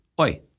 Oi